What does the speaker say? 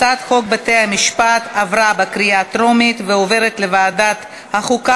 הצעת חוק בתי-המשפט (תיקון, תובענת תושב